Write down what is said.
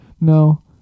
no